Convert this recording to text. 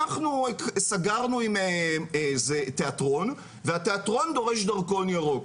אנחנו סגרנו עם תיאטרון והתיאטרון דורש דרכון ירוק.